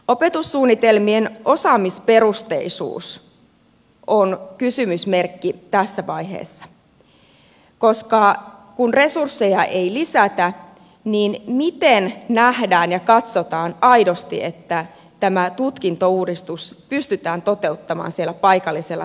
opetussuunnitelmien osaamisperusteisuus on kysymysmerkki tässä vaiheessa koska kun resursseja ei lisätä niin miten nähdään ja katsotaan aidosti että tämä tutkintouudistus pystytään toteuttamaan siellä paikallisella tasolla